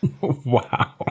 Wow